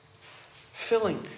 Filling